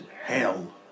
Hell